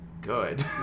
good